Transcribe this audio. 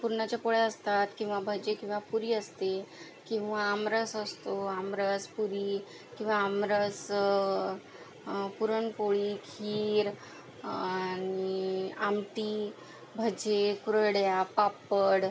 पुरणाच्या पोळ्या असतात किंवा भजी किंवा पुरी असते किंवा आमरस असतो आमरस पुरी किंवा आमरस पुरणपोळी खीर आणि आमटी भजे कुरडया पापड